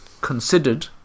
considered